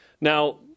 Now